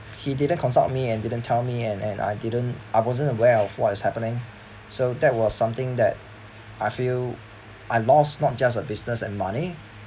he didn't consult me and didn't tell me and and I didn't I wasn't aware of what is happening so that was something that I feel I lost not just a business and money